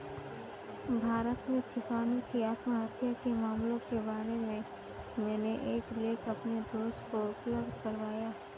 भारत में किसानों की आत्महत्या के मामलों के बारे में मैंने एक लेख अपने दोस्त को उपलब्ध करवाया